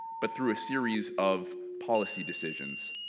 but through a series of policy decisions.